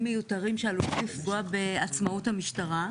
מיותרים שעולים לפגוע בעצמאות המשטרה.